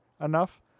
enough